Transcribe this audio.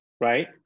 right